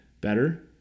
better